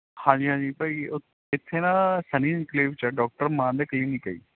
ਹਾਂਜੀ ਹਾਂਜੀ ਭਾਅ ਜੀ ਇੱਥੇ ਨਾ ਸੰਨੀ ਇਨਕਲੇਵ 'ਚ ਹੈ ਡਾਕਟਰ ਮਾਨ ਕਲੀਨਿਕ ਹੈ ਜੀ